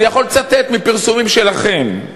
אני יכול לצטט מפרסומים שלכם: